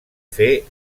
fer